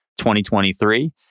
2023